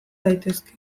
daitezke